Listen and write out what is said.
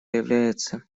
является